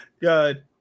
Good